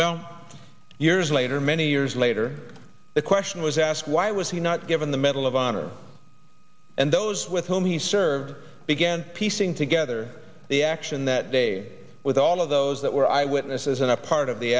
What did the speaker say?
well years later many years later the question was asked why was he not given the medal of honor and those with whom he served began piecing together the action that day with all of those that were eyewitnesses and a part of the